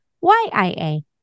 Y-I-A